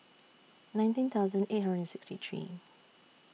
nineteen thousand eight hundred and sixty three